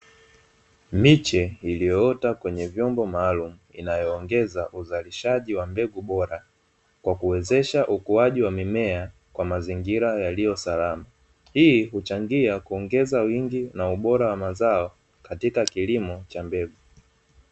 Miche iliyoota kwenye vyombo maalumu inayoongeza uzalishaji wa mbegu bora, kwa kuwezesha ukuaji wa mimea kwa mazingira yaliyo salama. Hii huchangia kuongeza wingi na ubora wa mazao katika kilimo cha mbegu.